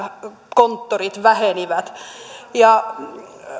postikonttorit vähenivät ja